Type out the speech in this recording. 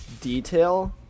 detail